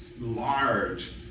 large